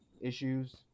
issues